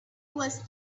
was